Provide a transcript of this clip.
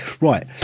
Right